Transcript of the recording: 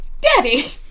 daddy